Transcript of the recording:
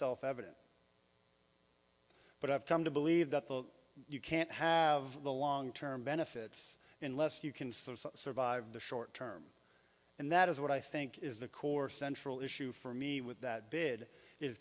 self evident but i've come to believe that the you can't have the long term benefits unless you can survive the short term and that is what i think is the core central issue for me with that bid i